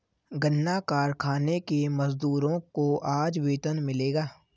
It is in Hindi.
गन्ना कारखाने के मजदूरों को आज वेतन मिलेगा